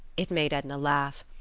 it made edna laugh,